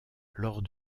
lors